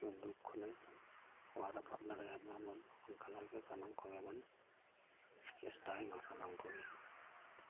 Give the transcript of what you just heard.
ᱫᱩᱠ ᱠᱷᱚᱱᱮ ᱚᱣᱟᱨ ᱨᱟᱠᱟᱵ ᱫᱟᱲᱮᱭᱟᱭ ᱢᱟᱵᱚᱱ ᱚᱱᱠᱟ ᱞᱮᱠᱟ ᱜᱮ ᱥᱟᱱᱟᱢ ᱠᱚᱜᱮᱵᱚᱱ ᱪᱮᱥᱴᱟᱭ ᱢᱟ ᱥᱟᱱᱟᱢ ᱠᱚᱜᱮ